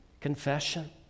Confession